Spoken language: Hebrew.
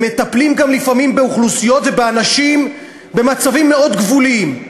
הם גם מטפלים לפעמים באוכלוסיות ובאנשים במצבים מאוד גבוליים.